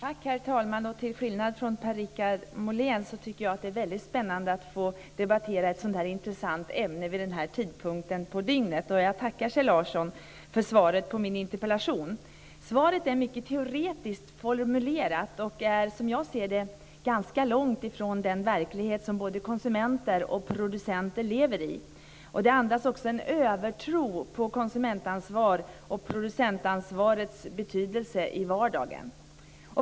Herr talman! Till skillnad från Per-Richard Molén tycker jag att det är väldigt spännande att få debattera ett sådant intressant ämne vid denna tidpunkt på dygnet. Jag tackar Kjell Larsson för svaret på min interpellation. Svaret är mycket teoretiskt formulerat och är som jag ser det ganska långt bort från den verklighet som både konsumenter och producenter lever i. Det andas också en övertro på konsumentansvaret och producentansvarets betydelse i vardagen.